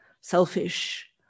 selfish